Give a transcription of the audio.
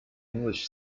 english